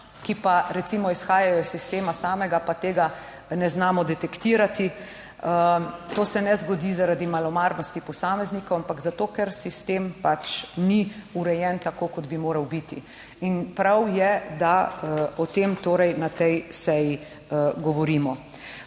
ki pa recimo izhajajo iz sistema samega, pa tega ne znamo detektirati. To se ne zgodi zaradi malomarnosti posameznikov, ampak zato, ker sistem pač ni urejen tako, kot bi moral biti in prav je, da o tem, torej na tej seji govorimo.